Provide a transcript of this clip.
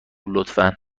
لطفا